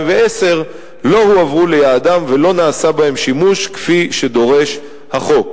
לא הועברו ליעדם ולא נעשה בהם שימוש כפי שדורש החוק.